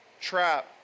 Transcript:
trap